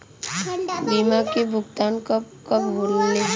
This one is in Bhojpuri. बीमा के भुगतान कब कब होले?